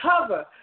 cover